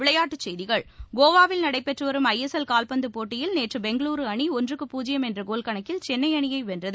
விளையாட்டுச் செய்திகள் கோவாவில் நடைபெற்றுவரும் ஐ எஸ் எல் கால்பந்துபோட்டியில் நேற்றுபெங்களுரு அணிஒன்றுக்கு பூஜ்யம் என்றகோல் கணக்கில் சென்னைஅணியைவென்றது